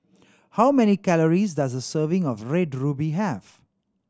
how many calories does a serving of Red Ruby have